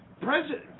President